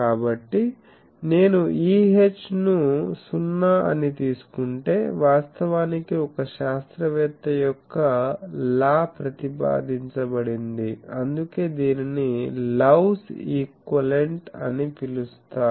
కాబట్టి నేను E H ను సున్నా అని తీసుకుంటే వాస్తవానికి ఒక శాస్త్రవేత్త యొక్క లా ప్రతిపాదించబడింది అందుకే దీనిని లవ్స్ ఈక్వివలెంట్ Love's equivalent అని పిలుస్తారు